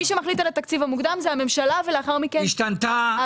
מי שמחליט על התקציב המוקדם זו הממשלה ולאחר מכן הכנסת.